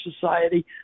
society